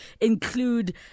include